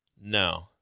no